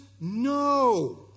no